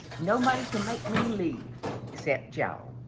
nobody can make me leave except y'all.